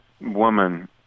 woman